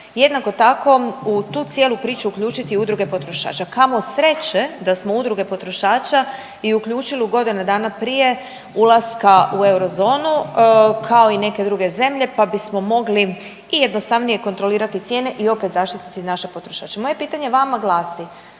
jednako tako u tu cijelu priču uključiti udruge potrošača. Kamo sreće da smo udruge potrošača i uključili u godinu dana prije ulaska u euro zonu kao i neke druge zemlje, pa bismo mogli i jednostavnije kontrolirati cijene i opet zaštititi naše potrošače. Moje pitanje vama glasi,